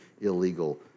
illegal